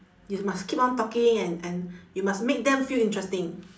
you must keep on talking and and you must make them feel interesting